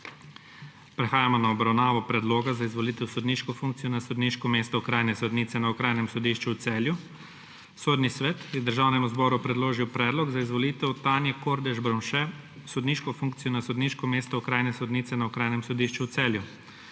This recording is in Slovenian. Prehajamo na obravnavo **Predloga za izvolitev v sodniško funkcijo na sodniško mesto okrajne sodnice na Okrajnem sodišču v Celju.** Sodni svet je Državnemu zboru predložil predlog za izvolitev Tanje Kordež Bromše v sodniško funkcijo na sodniško mesto okrajne sodnice na Okrajnem sodišču v Celju.